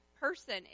person